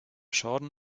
schaden